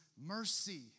mercy